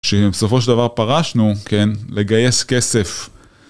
שבסופו של דבר פרשנו, כן, לגייס כסף.